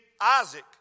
Isaac